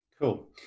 Cool